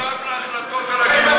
אני לא הייתי שותף להחלטות על הגירוש.